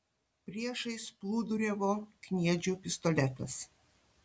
priešais plūduriavo kniedžių pistoletas